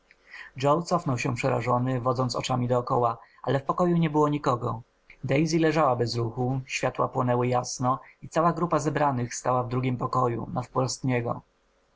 joe cofnął się przerażony wodząc oczami dokoła ale w pokoju nie było nikogo daisy leżała bez ruchu światła płonęły jasno i cała grupa zebranych stała w drugim pokoju nawprost